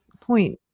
point